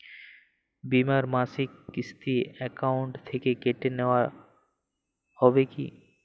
বিমার মাসিক কিস্তি অ্যাকাউন্ট থেকে কেটে নেওয়া হবে কি?